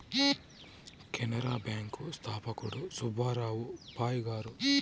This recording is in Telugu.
కెనరా బ్యాంకు స్థాపకుడు సుబ్బారావు పాయ్ గారు